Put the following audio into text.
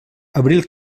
abril